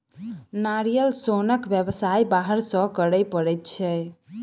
नारियल सोनक व्यवसाय बाहर सॅ करय पड़ैत छै